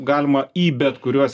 galima į bet kuriuos